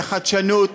בחדשנות,